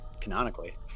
canonically